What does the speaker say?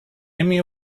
emmy